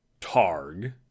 Targ